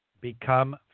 Become